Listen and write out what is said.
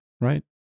right